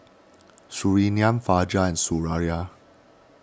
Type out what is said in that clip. Surinam Fajar and Suraya